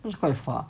it's quite far